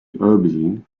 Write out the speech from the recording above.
aubergine